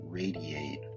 radiate